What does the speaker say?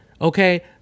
Okay